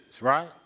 Right